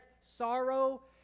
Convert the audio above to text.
sorrow